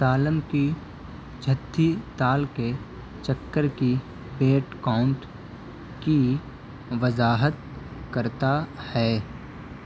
تالم کی جتھی تال کے چَکّر کی پیٹ کاؤنٹ کی وضاحت کرتا ہے